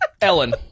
Ellen